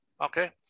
Okay